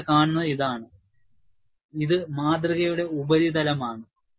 നിങ്ങൾ ഇവിടെ കാണുന്നത് ഇതാണ് ഇത് സ്പെസിമെൻിന്റെ ഉപരിതലമാണ്